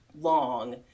long